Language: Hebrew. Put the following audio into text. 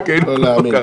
פשוט לא להאמין.